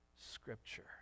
Scripture